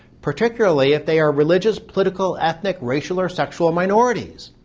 particularly if they are religious political, ethnic, racial, or sexual minorities.